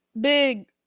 big